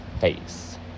face